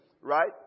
right